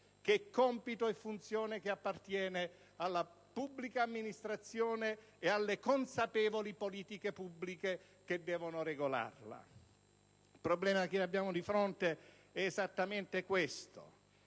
e di controllo, funzione che compete alla pubblica amministrazione e alle consapevoli politiche pubbliche che devono regolarla. Il problema che abbiamo di fronte è esattamente questo,